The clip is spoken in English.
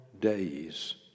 days